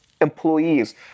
employees